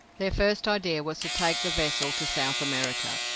their first idea was to take the vessel to south america,